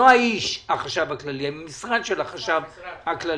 לא האיש, החשב הכללי, אלא משרד החשב הכללי.